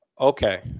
Okay